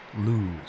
lose